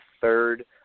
third